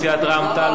מסיעת רע"ם-תע"ל,